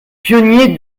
pionnier